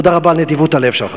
תודה רבה על נדיבות הלב שלך.